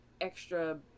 extra